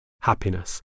happiness